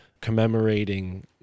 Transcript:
commemorating